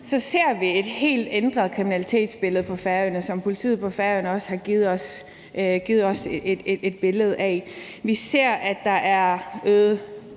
ser vi et helt ændret kriminalitetsbilledet på Færøerne, som politiet på Færøerne også har givet os et billede af. Vi ser, at der er øget